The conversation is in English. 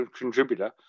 contributor